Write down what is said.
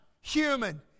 human